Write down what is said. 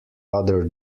other